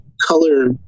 color